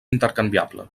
intercanviable